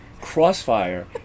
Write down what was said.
Crossfire